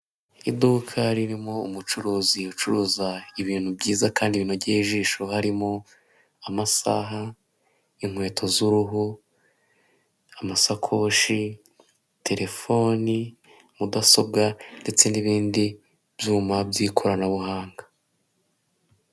Iduka ririmo umucuruzi ucuruza ibintu byiza kandi binogeye ijisho harimo amasaha, inkweto z'uruhu, amasakoshi, terefoni, mudasobwa ndetse n'ibindi byuma by'ikoranabuhanga.